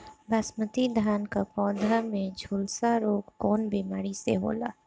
बासमती धान क पौधा में झुलसा रोग कौन बिमारी से होला?